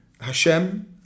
Hashem